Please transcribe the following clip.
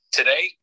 today